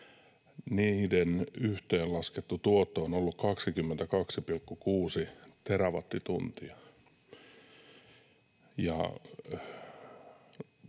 yhteenlaskettu tuotto ollut 22,6 terawattituntia,